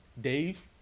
Dave